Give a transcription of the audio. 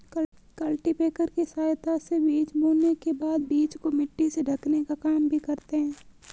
cultipacker की सहायता से बीज बोने के बाद बीज को मिट्टी से ढकने का काम भी करते है